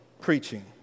preaching